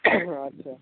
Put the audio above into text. আচ্ছা